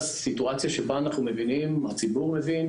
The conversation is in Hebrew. סיטואציה שבה אנחנו מבינים, הציבור מבין,